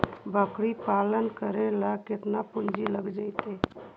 बकरी पालन करे ल केतना पुंजी लग जितै?